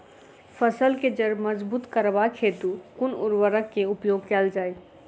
फसल केँ जड़ मजबूत करबाक हेतु कुन उर्वरक केँ प्रयोग कैल जाय?